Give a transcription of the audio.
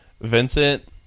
Vincent